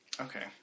Okay